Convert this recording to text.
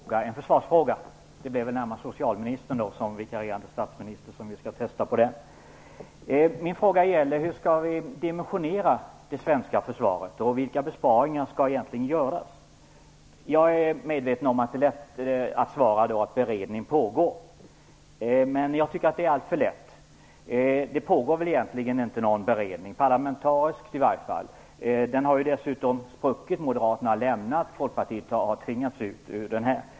Herr talman! Jag skulle vilja ta upp en försvarsfråga. Det blir väl närmast socialministern, som är vikarierande statsminister, som jag får testa frågan på. Min fråga gäller: Hur skall vi dimensionera det svenska försvaret, och vilka besparingar skall egentligen göras? Jag är medveten om att det är lätt att svara att beredning pågår, men jag tycker att det är alltför lätt. Det pågår egentligen inte någon beredning, i varje fall inte parlamentariskt. Beredningen har dessutom spruckit; Moderaterna har lämnat den, och Folkpartiet har tvingats ut ur den.